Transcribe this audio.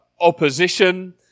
opposition